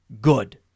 good